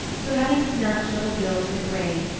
so, having snatched little bill from the grave,